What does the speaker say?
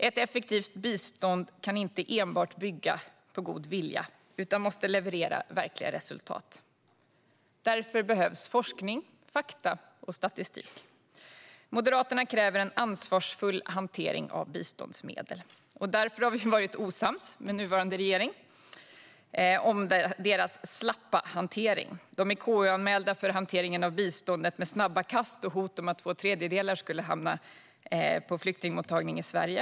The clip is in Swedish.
Ett effektivt bistånd kan inte bygga enbart på god vilja utan måste leverera verkliga resultat. Därför behövs forskning, fakta och statistik. Moderaterna kräver en ansvarsfull hantering av biståndsmedel. Därför har vi varit osams med nuvarande regering om regeringens slappa hantering. Regeringen är KU-anmäld för hanteringen av biståndet med snabba kast och hot om att lägga två tredjedelar av biståndsbudgeten på flyktingmottagning i Sverige.